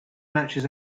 matches